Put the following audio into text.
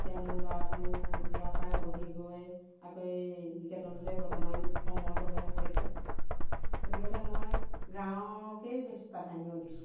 এতিয়া মোৰ ল'ৰাটো ইয়াৰ পৰা পঢ়ি গৈ আকৌ এই নিকেতনতে বৰ্তমান কৰ্মৰত হৈ আছে এতিয়া গতিকতে মই গাঁৱকেই বেছি প্ৰাধান্য দিছোঁ